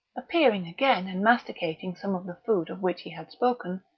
appearing again and masticating some of the food of which he had spoken,